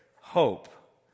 hope